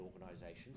organisations